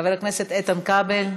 חבר הכנסת איתן כבל,